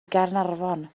gaernarfon